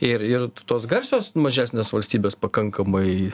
ir ir tos garsios mažesnės valstybės pakankamai